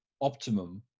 optimum